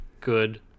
good